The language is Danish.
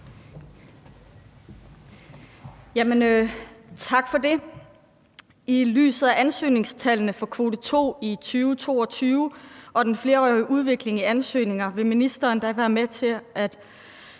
Robsøe (RV): I lyset af ansøgningstallene for kvote 2 i 2022 og den flerårige udvikling i ansøgninger, vil ministeren da være med til at